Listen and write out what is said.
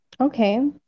okay